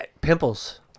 pimples